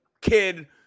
kid